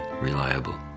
reliable